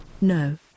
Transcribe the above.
No